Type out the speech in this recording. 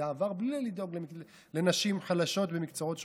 זה עבר בלי לדאוג לנשים חלשות במקצועות שוחקים.